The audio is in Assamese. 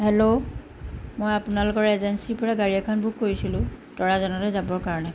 হেল্ল' মই আপোনালোকৰ এজেঞ্চীৰ পৰা গাড়ী এখন বুক কৰিছিলোঁ তৰাজানলৈ যাবৰ কাৰণে